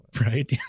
Right